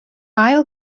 ail